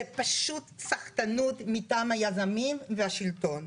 זה פשוט סחטנות מטעם היזמים והשלטון.